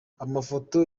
amafoto